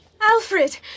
Alfred